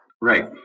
Right